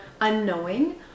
unknowing